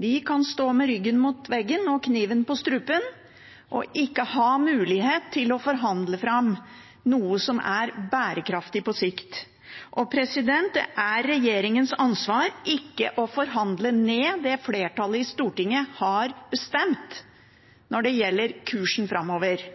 De kan stå med ryggen mot veggen og kniven på strupen og ikke ha mulighet til å forhandle fram noe som er bærekraftig på sikt. Det er regjeringens ansvar ikke å forhandle ned det som flertallet i Stortinget har bestemt når det gjelder kursen framover.